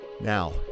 Now